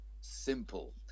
simple